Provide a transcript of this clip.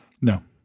No